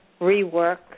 rework